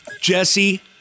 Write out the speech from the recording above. Jesse